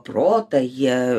protą jie